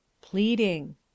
Pleading